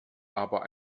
aber